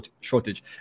shortage